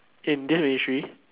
okay in this ministry